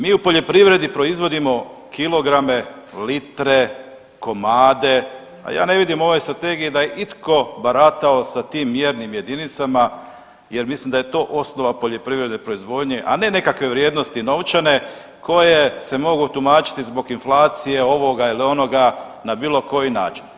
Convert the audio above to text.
Mi u poljoprivredi proizvodimo kilograme, litre, komade, a ja ne vidim u ovoj strategiji da je itko baratao sa tim mjernim jedinicama jer mislim da je to osnova poljoprivredne proizvodnje, a ne nekakve vrijednosti novčane koje se mogu tumačiti zbog inflacije, ovoga ili onoga na bilo koji način.